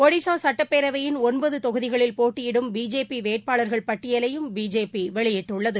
ஒடிஷா சட்டப்பேரவையின் ஒன்பது தொகுதிகளில் போட்டியிடும் பிஜேபி வேட்பாளர்கள் பட்டியலையும் பிஜேபி வெளியிட்டுள்ளது